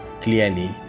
clearly